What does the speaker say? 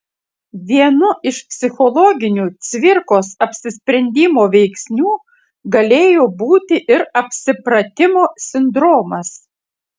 vienu iš psichologinių cvirkos apsisprendimo veiksnių galėjo būti ir apsipratimo sindromas